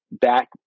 back